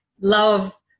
love